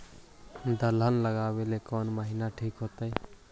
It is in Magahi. दलहन लगाबेला कौन महिना ठिक होतइ?